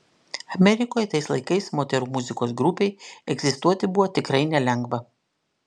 amerikoje tais laikais moterų muzikos grupei egzistuoti buvo tikrai nelengva